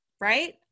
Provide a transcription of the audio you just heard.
right